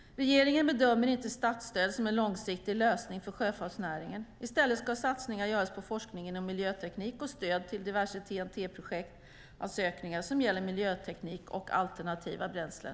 Regeringen bedömer inte statsstöd som en långsiktig lösning för sjöfartsnäringen. I stället ska satsningar göras på forskning inom miljöteknik och stöd till diverse TEN-T-projektansökningar som gäller miljöteknik och alternativa bränslen.